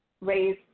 raise